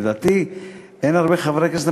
לדעתי אין הרבה חברי כנסת,